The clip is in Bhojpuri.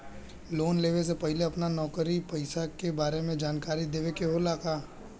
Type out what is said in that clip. लोन लेवे से पहिले अपना नौकरी पेसा के बारे मे जानकारी देवे के होला?